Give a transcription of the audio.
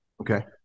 Okay